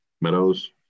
Meadows